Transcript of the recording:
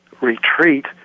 retreat